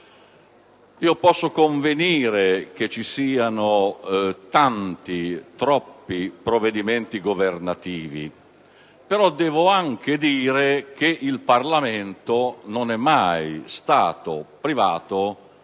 posso convenire che vi siano tanti, troppi provvedimenti governativi, ma devo anche dire che il Parlamento non è mai stato privato